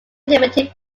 limited